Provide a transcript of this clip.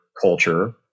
culture